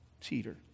cheater